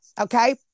okay